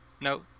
No